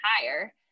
higher